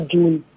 June